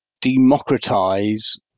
democratize